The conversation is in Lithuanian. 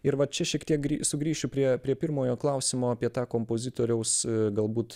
ir va čia šiek tiek sugrįšiu prie prie pirmojo klausimo apie tą kompozitoriaus galbūt